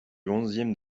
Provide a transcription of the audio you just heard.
onzième